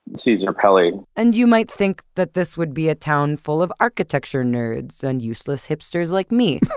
cesar pelli. and you might think that this would be a town full of architecture nerds and useless hipsters like me.